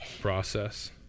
process